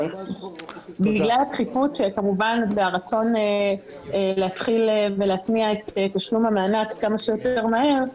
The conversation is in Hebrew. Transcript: בגלל הדחיפות והרצון להתחיל להתניע את תשלום המענק כמה שיותר מהר,